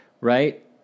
right